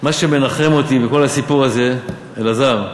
מה שמנחם אותי בכל הסיפור הזה, אלעזר,